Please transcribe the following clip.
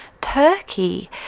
Turkey